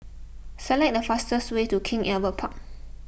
select the fastest way to King Albert Park